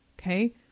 okay